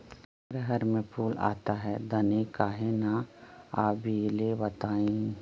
रहर मे फूल आता हैं दने काहे न आबेले बताई?